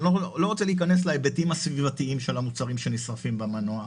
אני לא רוצה להיכנס להיבטים הסביבתיים של המוצרים שנשרפים במנוע,